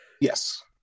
Yes